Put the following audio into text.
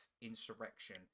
Insurrection